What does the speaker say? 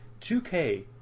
2K